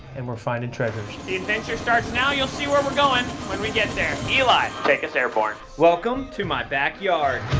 and we're finding treasures. the adventure starts now. you'll see where we're going when we get there. eli, take us airborne. welcome to my backyard.